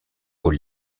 aux